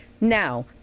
Now